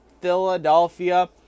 Philadelphia